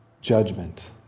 judgment